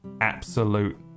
absolute